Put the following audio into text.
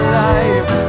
life